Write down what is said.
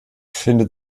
findet